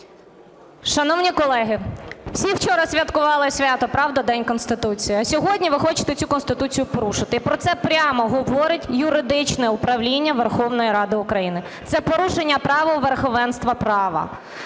Шановні колеги, всі вчора святкували свято, правда, День Конституції, а сьогодні ви хочете цю Конституцію порушити і про це прямо говорить юридичне управління Верховної Ради України. Це порушення правил верховенства права.